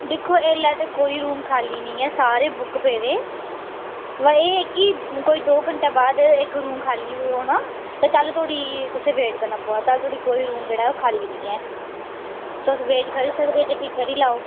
दिक्खो इसलै ते कोई रूम खाल्ली नी ऐ सारे बुक पेदे हां एह् कि कोई दो घन्टे बाद इक रूम खाल्ली होना ते तैल्लु धोड़ी तुसेईं वेट करना पौना तैल्लु धोड़ी कोई रूम जेह्ड़ा खाल्ली नि ऐ तुस वेट करी सकदे ते फ्ही करी लैओ